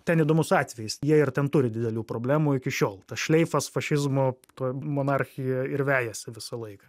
ten įdomus atvejis jie ir ten turi didelių problemų iki šiol tas šleifas fašizmo toj monarchijoj ir vejasi visą laiką